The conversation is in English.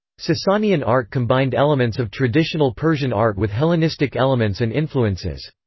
sasanian art combined elements of traditional persian art with hellenistic elements and influences.